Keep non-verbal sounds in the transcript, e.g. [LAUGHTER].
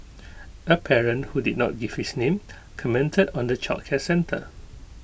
[NOISE] A parent who did not give his name [NOISE] commented on the childcare centre